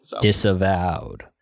disavowed